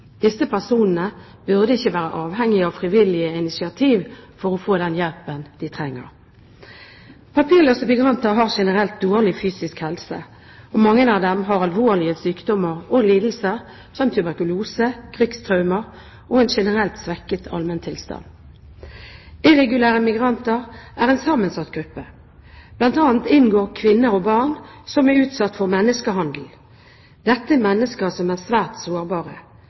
Disse personene burde ikke være avhengige av frivillige initiativ for å få den hjelpen de trenger. Papirløse migranter har generelt dårlig fysisk helse, og mange av dem har alvorlige sykdommer og lidelser, som tuberkulose, krigstraumer og en generelt svekket allmenntilstand. Irregulære migranter er en sammensatt gruppe, bl.a. inngår kvinner og barn som er utsatt for menneskehandel. Dette er mennesker som er svært sårbare,